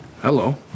Hello